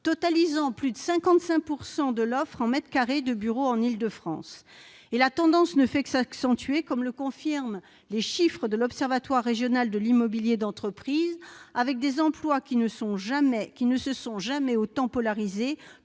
totalisant plus de 55 % de l'offre en mètres carrés de bureaux en Île-de-France. La tendance ne fait que s'accentuer, comme le confirment les chiffres de l'Observatoire régional de l'immobilier d'entreprise en Île-de-France, avec des emplois qui ne se sont jamais autant polarisés